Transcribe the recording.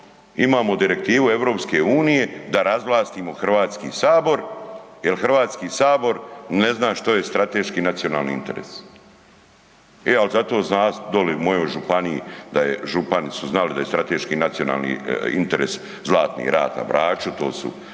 imamo direktivu EU da razvlastimo HS jel HS ne zna što je strateški nacionalni interes. E al zato zna doli u mojoj županiji, župani su znali da je strateški nacionalni interes Zlatni rat na Braču, to su